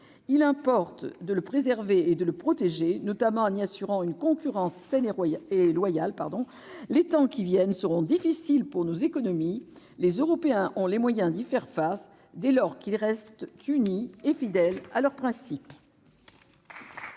Il importe de le préserver et de le protéger, notamment en y assurant une concurrence saine et loyale. Les temps à venir seront difficiles pour nos économies, mais les Européens ont les moyens d'y faire face s'ils restent unis et fidèles à leurs principes.